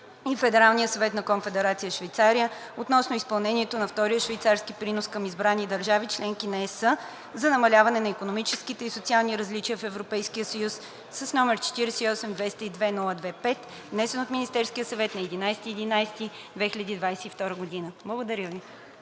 и Федералния съвет на Конфедерация Швейцария относно изпълнението на Втория швейцарски принос към избрани държави – членки на Европейския съюз, за намаляване на икономическите и социалните различия в Европейския съюз, № 48-202-02-5, внесен от Министерския съвет на 11 ноември 2022 г.“ Благодаря Ви.